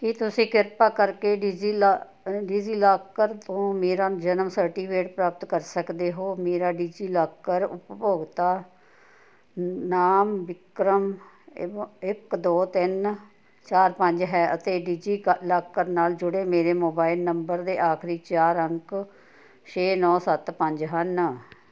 ਕੀ ਤੁਸੀਂ ਕ੍ਰਿਪਾ ਕਰਕੇ ਡਿਜ਼ੀਲਾ ਡਿਜ਼ੀਲਾਕਰ ਤੋਂ ਮੇਰਾ ਜਨਮ ਸਰਟੀਫਿਕੇਟ ਪ੍ਰਾਪਤ ਕਰ ਸਕਦੇ ਹੋ ਮੇਰਾ ਡਿਜੀਲਾਕਰ ਉਪਭੋਗਤਾ ਨਾਮ ਵਿਕਰਮ ਇ ਇੱਕ ਦੋ ਤਿੰਨ ਚਾਰ ਪੰਜ ਹੈ ਅਤੇ ਡਿਜੀਕਲਾਕਰ ਨਾਲ ਜੁੜੇ ਮੇਰੇ ਮੋਬਾਈਲ ਨੰਬਰ ਦੇ ਆਖਰੀ ਚਾਰ ਅੰਕ ਛੇ ਨੌਂ ਸੱਤ ਪੰਜ ਹਨ